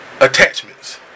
attachments